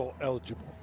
eligible